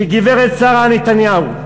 גברת שרה נתניהו,